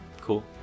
Cool